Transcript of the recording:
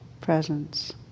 presence